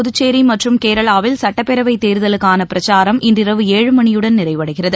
புதுச்சேரிமற்றும் கேரளாவில் சட்டப்பேரவைதேர்தலுக்கானபிரச்சாரம் இன்றுஇரவு சுஏழு மணியுடன் நிறைவடைகிறது